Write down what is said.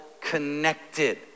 connected